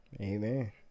Amen